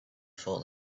thought